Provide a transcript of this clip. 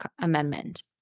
amendment